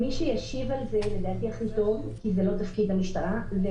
זה לא תפקיד של המשטרה מי שישיב על